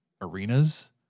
arenas